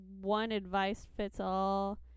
one-advice-fits-all